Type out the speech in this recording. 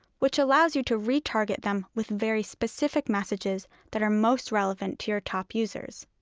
which allows you to retarget them with very specific messages that are most relevant to your top users.